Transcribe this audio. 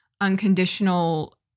unconditional